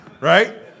right